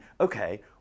okay